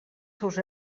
seus